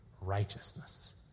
righteousness